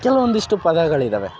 ಕೆಲವೊಂದಿಷ್ಟು ಪದಗಳಿದ್ದಾವೆ